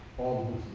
all